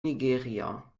nigeria